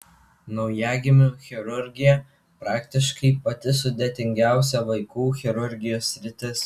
naujagimių chirurgija praktiškai pati sudėtingiausia vaikų chirurgijos sritis